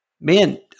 man